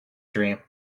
dream